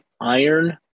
Iron